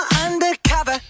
undercover